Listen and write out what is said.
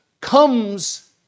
comes